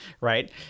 right